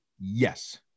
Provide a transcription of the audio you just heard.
Yes